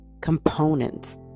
components